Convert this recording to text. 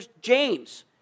James